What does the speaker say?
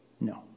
No